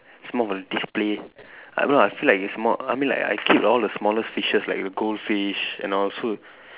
it's more of a display I don't know I feel like it's more I mean like I keep all the smallest fishes like the goldfish and all so